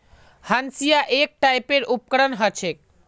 हंसिआ एक टाइपेर उपकरण ह छेक